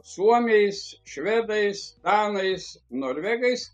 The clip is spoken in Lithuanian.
suomiais švedais danais norvegais